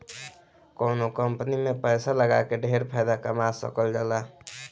कवनो कंपनी में पैसा लगा के ढेर फायदा कमा सकल जाला